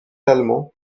allemand